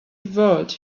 evolved